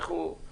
כזכור לכם,